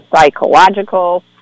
psychological